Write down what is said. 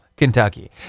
Kentucky